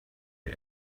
der